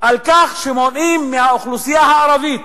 על כך שמותר למנוע מהאוכלוסייה הערבית